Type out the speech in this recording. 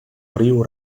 riu